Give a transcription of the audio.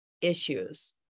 issues